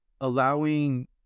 allowing